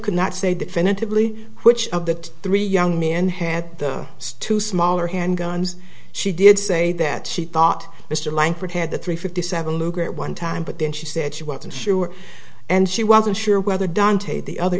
could not say definitively which of the three young men had stu smaller handguns she did say that she thought mr langford had the three fifty seven luger at one time but then she said she wasn't sure and she wasn't sure whether dante the other